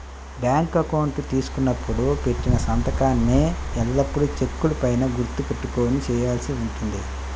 bank account తీసుకున్నప్పుడు పెట్టిన సంతకాన్నే ఎల్లప్పుడూ చెక్కుల పైన గుర్తు పెట్టుకొని చేయాల్సి ఉంటుంది